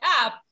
app